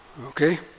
Okay